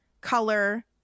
color